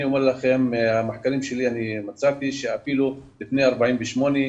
במחקרים שלי אני מצאתי שאפילו לפני 48'